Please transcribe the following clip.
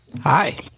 Hi